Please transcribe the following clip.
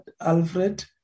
Alfred